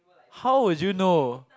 how would you know